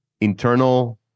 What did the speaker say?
internal